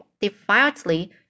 defiantly